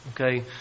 okay